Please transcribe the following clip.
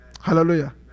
Hallelujah